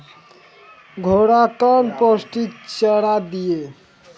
घोड़ा कौन पोस्टिक चारा दिए?